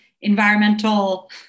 environmental